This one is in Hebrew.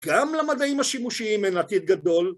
‫גם למדעים השימושיים אין עתיד גדול.